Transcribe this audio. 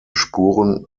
spuren